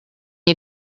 you